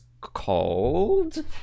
called